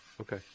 okay